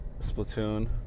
Splatoon